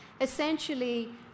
essentially